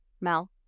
Mel